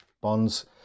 bonds